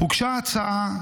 הוגשה הצעה,